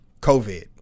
COVID